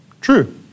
True